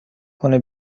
کنه